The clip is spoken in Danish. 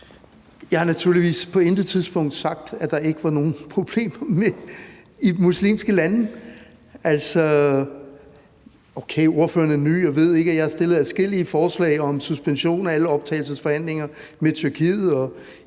Jeg har naturligvis på intet tidspunkt sagt, at der ikke var nogen problemer i muslimske lande. Altså, okay, ordføreren er ny og ved ikke, at jeg har fremsat adskillige forslag om suspension af alle optagelsesforhandlinger med Tyrkiet,